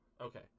Okay